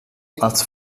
als